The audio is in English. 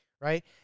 right